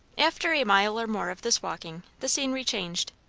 after a mile or more of this walking, the scenery changed.